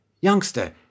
Youngster